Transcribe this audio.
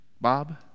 Bob